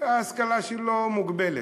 ההשכלה שלו, מוגבלת.